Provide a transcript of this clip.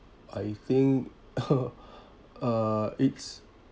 I think uh it's